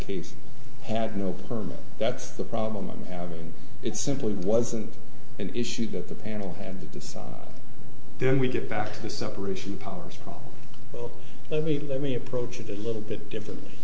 case had no permit that's the problem i'm having it simply wasn't an issue that the panel had to decide then we get back to the separation of powers paul well let me let me approach it a little bit differently